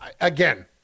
again